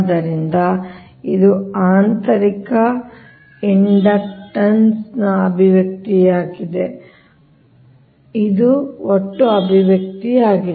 ಆದ್ದರಿಂದ ಇದು ಆಂತರಿಕ ಇಂಡಕ್ಟನ್ಸ್ ನ ಅಭಿವ್ಯಕ್ತಿಯಾಗಿದೆ ಮತ್ತು ಇದು ಒಟ್ಟು ಅಭಿವ್ಯಕ್ತಿಯಾಗಿದೆ